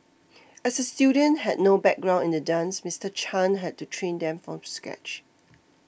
as the students had no background in the dance Mister Chan had to train them from scratch